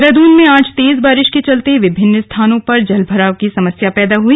देहराद्रन में आज तेज बारिश के चलते विभिन्न स्थानों पर जलभराव की समस्या पैदा हुई